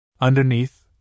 Underneath